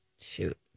Shoot